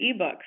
eBooks